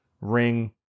ring